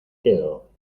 quedo